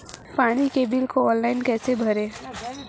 पानी के बिल को ऑनलाइन कैसे भरें?